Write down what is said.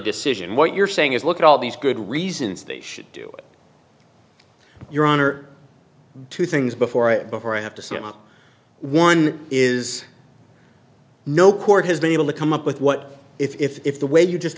decision what you're saying is look at all these good reasons they should do your honor two things before it before i have to sit up one is no court has been able to come up with what if the way you just